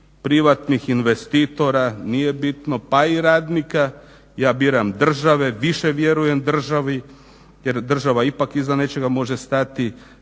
privatnih investitora, pa i radnika ja biram države, više vjerujem državi jer država ipak iza nečega može stati,